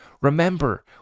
Remember